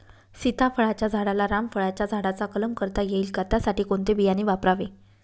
सीताफळाच्या झाडाला रामफळाच्या झाडाचा कलम करता येईल का, त्यासाठी कोणते बियाणे वापरावे?